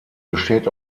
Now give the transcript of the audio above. besteht